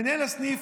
מנהלי הסניף,